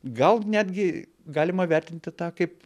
gal netgi galima vertinti tą kaip